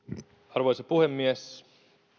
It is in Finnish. arvoisa puhemies